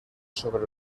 sobre